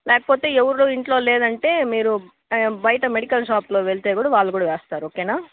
లేకపోతే ఎవరు ఇంట్లో లేరంటే మీరు బయట మెడికల్ షాప్లో వెళ్తే కూడా వాళ్ళు కూడా వేస్తారు ఓకేనా